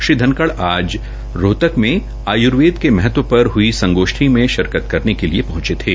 श्री धनखड़ आज रोहतक में आय्वेद के महत्व पर हई संगोष्ठी में शिरकत करने के लिए पहंचे थे